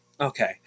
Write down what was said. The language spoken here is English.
Okay